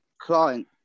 client